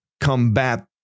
combat